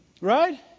right